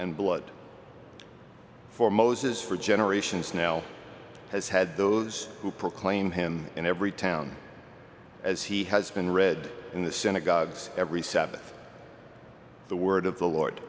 and blood for moses for generations now has had those who proclaim him in every town as he has been read in the synagogues every sabbath the word of the lord